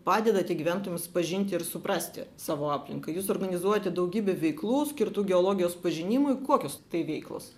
padedate gyventojams pažinti ir suprasti savo aplinką jūs organizuojate daugybę veiklų skirtų geologijos pažinimui kokios tai veiklos